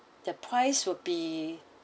the price will be